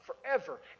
forever